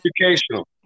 educational